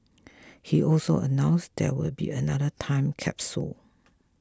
he also announced there will be another time capsule